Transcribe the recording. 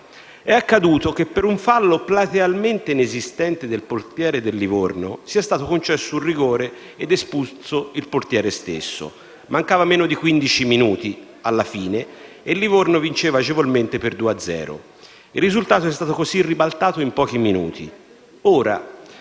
È accaduto che, per un fallo platealmente inesistente del portiere del Livorno, sia stato concesso un rigore ed espulso il portiere stesso. Mancavano meno di quindici minuti alla fine e il Livorno vinceva agevolmente per due a zero. Il risultato è stato così ribaltato in pochi minuti.